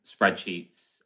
spreadsheets